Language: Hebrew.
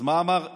אז מה אמר,